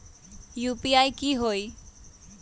UPI की होई?